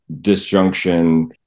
disjunction